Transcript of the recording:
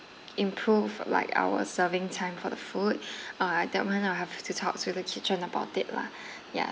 improve like our serving time for the food uh that one I'll have to talk to the kitchen about it lah yeah